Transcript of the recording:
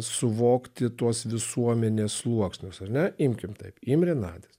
suvokti tuos visuomenės sluoksnius ar ne imkim taip imrė nadis